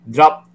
Drop